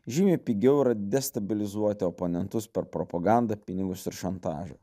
žymiai pigiau yra destabilizuoti oponentus per propagandą pinigus ir šantažą